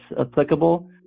applicable